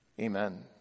Amen